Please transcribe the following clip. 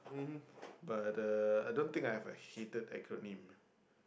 mmhmm